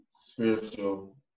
spiritual